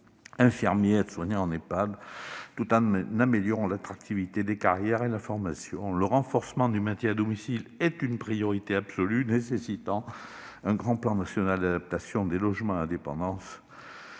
infirmiers, aides-soignants en Ehpad, tout en améliorant l'attractivité des carrières et la formation. Le renforcement du maintien à domicile est une priorité absolue, nécessitant un grand plan national d'adaptation des logements à la dépendance